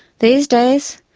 these days,